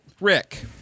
Rick